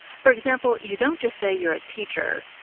for example, you don't just say you are a teacher.